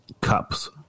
cups